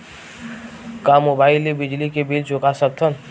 का मुबाइल ले बिजली के बिल चुका सकथव?